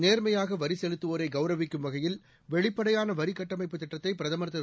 நேர்மையாக வரி செலுத்தவோரை கௌரவிக்கும் வகையில் வெளிப்படையான வரி கட்டமைப்புத் திட்டத்தை பிரதமர் திரு